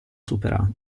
superato